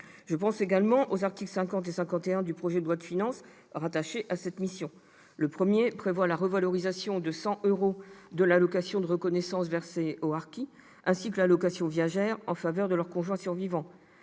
Je pense également aux articles 50 et 51 du projet de loi de finances, rattachés à cette mission. Le premier prévoit une revalorisation de 100 euros de l'allocation de reconnaissance versée aux harkis, ainsi que de l'allocation viagère en faveur de leurs conjoints survivants.